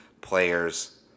players